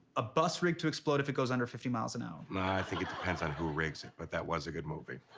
a bus rigged to explode if it goes under fifty miles an hour. no, i think it depends on who rigs it, but that was a good movie.